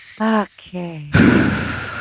Okay